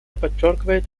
подчеркивает